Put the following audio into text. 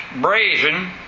brazen